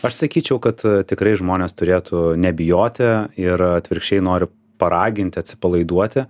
aš sakyčiau kad tikrai žmonės turėtų nebijoti ir atvirkščiai noriu paraginti atsipalaiduoti